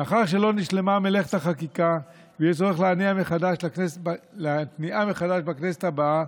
מאחר שלא נשלמה מלאכת החקיקה ויהיה צורך להתניעה מחדש בכנסת הבאה,